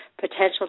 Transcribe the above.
potential